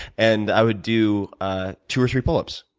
and i would do ah two or three pull-ups,